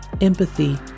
empathy